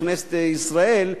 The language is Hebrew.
בכנסת ישראל,